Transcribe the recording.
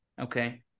Okay